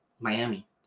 Miami